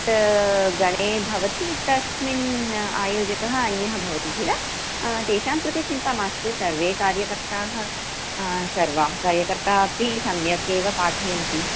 गणे भवति तस्मिन् आयोजकः अन्यः भवति किल तेषां कृते चिन्ता मास्तु सर्वे कार्यकर्तारः सर्वाः कार्यकर्तारः अपि सम्यक् एव पाठयन्ति